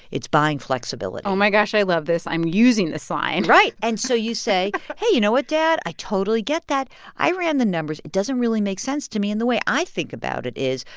it's buying flexibility oh, my gosh. i love this. i'm using this line right. and so you say, hey. you know what, dad? i totally get that. i ran the numbers. it doesn't really make sense to me. and the way i think about it is,